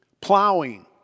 plowing